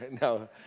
No